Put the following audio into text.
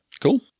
Cool